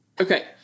Okay